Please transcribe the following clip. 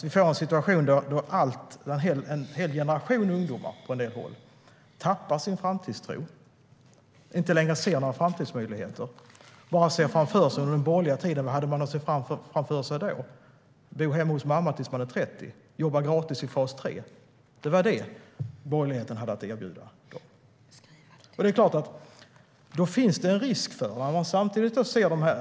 Vi får en situation där en hel generation ungdomar på en del håll tappar sin framtidstro och inte längre ser några framtidsmöjligheter. Vad hade man att se framför sig under den borgerliga tiden? Man såg framför sig att bo hemma hos mamma tills man var 30 år och att jobba gratis i fas 3. Det var det borgerligheten hade att erbjuda. Det är klart att det då finns en risk.